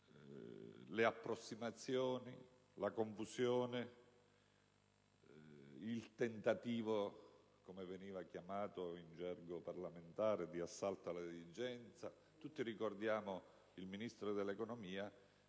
le approssimazioni, la confusione, il tentativo - come veniva chiamato in gergo parlamentare - di assalto alla diligenza. Tutti ricordiamo il Ministro dell'economia